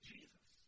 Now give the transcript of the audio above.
Jesus